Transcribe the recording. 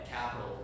capital